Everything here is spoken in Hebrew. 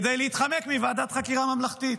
כדי להתחמק מוועדת חקירה ממלכתית.